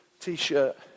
T-shirt